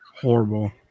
Horrible